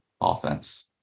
Offense